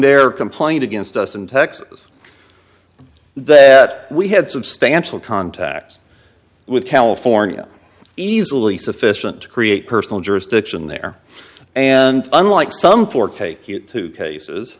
their complaint against us in texas that we had substantial contact with california easily sufficient to create personal jurisdiction there and unlike some for cake he had two cases